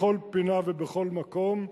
בכל פינה ובכל מקום,